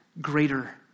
greater